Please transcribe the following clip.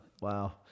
Wow